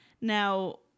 Now